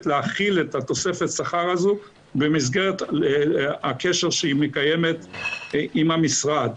להכיל את תוספת השכר הזו במסגרת הקשר שהיא מקיימת עם המשרד,